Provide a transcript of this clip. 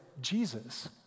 Jesus